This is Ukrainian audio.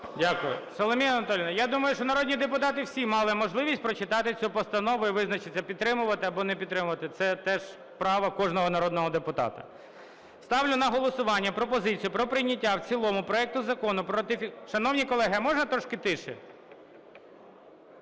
Дякую. Соломія Анатоліївна, я думаю, що народні депутати всі мали можливість прочитати цю постанову і визначитися, підтримувати або не підтримувати, це теж право кожного народного депутата. Ставлю на голосування пропозицію про прийняття в цілому проекту закону про… Шановні колеги, а можна трошки тихіше?